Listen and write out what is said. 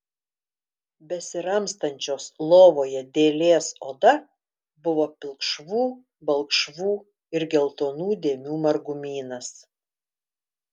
besiramstančios lovoje dėlės oda buvo pilkšvų balkšvų ir geltonų dėmių margumynas